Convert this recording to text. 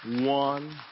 one